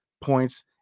points